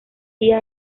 día